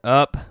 up